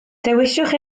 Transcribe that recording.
dewiswch